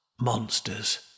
Monsters